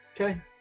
Okay